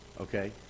okay